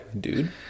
dude